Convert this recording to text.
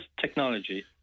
technology